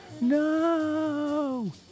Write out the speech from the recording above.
No